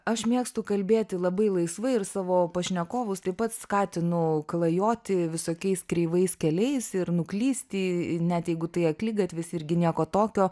aš mėgstu kalbėti labai laisvai ir savo pašnekovus taip pat skatinu klajoti visokiais kreivais keliais ir nuklysti net jeigu tai akligatvis irgi nieko tokio